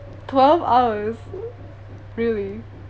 twelve hours really